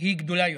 היא גדולה יותר.